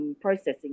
processing